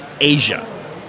Asia